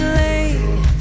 late